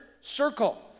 circle